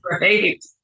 Right